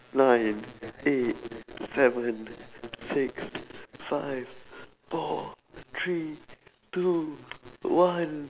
nine eight seven six five four three two one